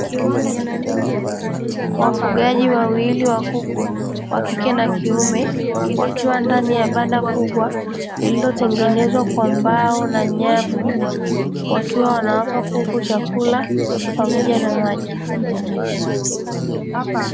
Wafugaji wawili wa kuku, wa kike na kiume; wakiwa ndani ya banda kubwa lililotengenezwa kwa mbao na nyavu, wakiwa wanawapa kuku chakula pamoja na maji.